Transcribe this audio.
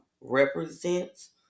represents